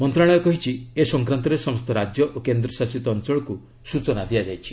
ମନ୍ତ୍ରଶାଳୟ କହିଛି ଏ ସଂକ୍ରାନ୍ତରେ ସମସ୍ତ ରାଜ୍ୟ ଓ କେନ୍ଦ୍ରଶାସିତ ଅଞ୍ଚଳକୁ ସୂଚନା ଦିଆଯାଇଛି